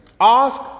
ask